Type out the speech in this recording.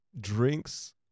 drinks